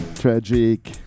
Tragic